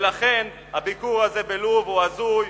ולכן, הביקור הזה בלוב הוא הזוי,